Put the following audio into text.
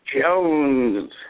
Jones